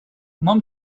mom